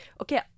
Okay